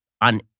on